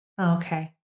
Okay